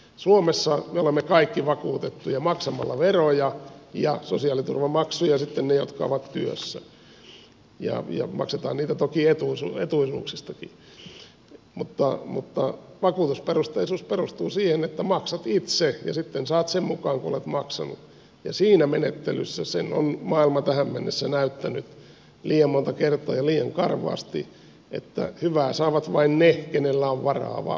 suomessa me olemme kaikki vakuutettuja maksamalla veroja ja sosiaaliturvamaksuja sitten ne jotka ovat työssä ja maksetaan niitä toki etuisuuksistakin mutta vakuutusperusteisuus perustuu siihen että maksat itse ja sitten saat sen mukaan kuin olet maksanut ja siinä menettelyssä sen on maailma tähän mennessä näyttänyt liian monta kertaa ja liian karvaasti hyvää saavat vain ne joilla on varaa maksaa